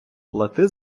плати